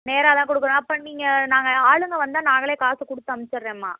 நேராக தான் கொடுக்கணும் அப்போ நீங்கள் நாங்கள் ஆளுங்க வந்தால் நாங்களே காசு கொடுத்து அம்ச்சுர்றேம்மா